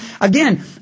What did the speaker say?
Again